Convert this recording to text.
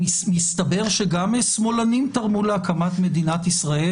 מסתבר שגם שמאלנים תרמו להקמת מדינת ישראל,